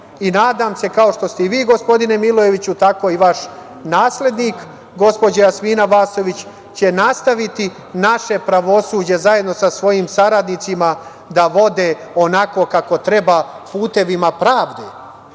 se da će kao što ste i vi, gospodine Milojeviću, tako i vaš naslednik gospođa Jasmina Vasović nastaviti naše pravosuđe, zajedno sa svojim saradnicima, da vode onako kako treba, putevima pravde,